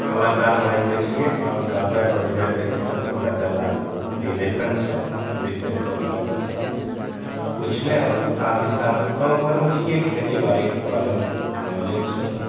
कलाकार माइण्डके छिए आओर गाबै बजबैसे ईसबसे हमरा जादा रिलेशन छै आओर विशेष तौरपर किछु नहि आओर साथ ही साथ गामघरमे छिए खेतीबाड़ीके बारेमे नॉलेज छै